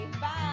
Bye